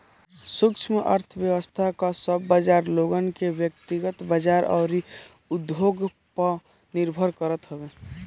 सूक्ष्म अर्थशास्त्र कअ सब बाजार लोगन के व्यकतिगत बाजार अउरी उद्योग पअ निर्भर करत हवे